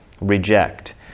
reject